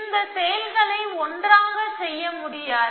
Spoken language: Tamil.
இந்த செயல்களை ஒன்றாக செய்ய முடியாது